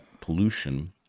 pollution